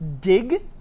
dig